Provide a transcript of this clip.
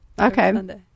Okay